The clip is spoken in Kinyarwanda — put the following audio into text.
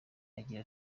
agira